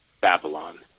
Babylon